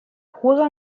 juega